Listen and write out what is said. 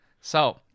So-